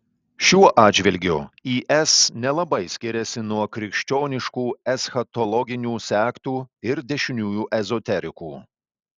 šiuo atžvilgiu is nelabai skiriasi nuo krikščioniškų eschatologinių sektų ir dešiniųjų ezoterikų